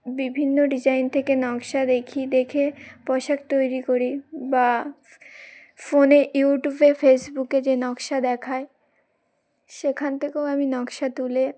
বিভিন্ন ডিজাইন থেকে নকশা দেখি দেখে পোশাক তৈরি করি বা ফোনে ইউটিউবে ফেসবুকে যে নকশা দেখায় সেখান থেকেও আমি নকশা তুলে